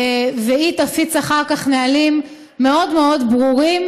והיא תפיץ אחר כך נהלים מאוד מאוד ברורים